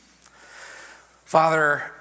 Father